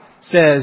says